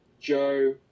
Joe